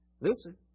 Listen